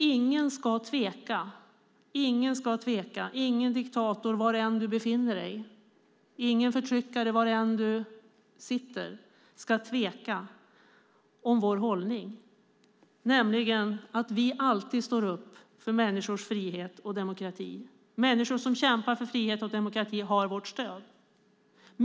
Ingen ska tveka om vår hållning - ingen diktator och ingen förtryckare var de än befinner sig. Vi står alltid upp för människors frihet och demokrati. Människor som kämpar för frihet och demokrati har vårt stöd.